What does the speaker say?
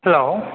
hello